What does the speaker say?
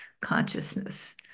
consciousness